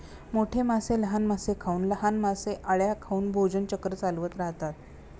मोठे मासे लहान मासे खाऊन, लहान मासे अळ्या खाऊन भोजन चक्र चालवत राहतात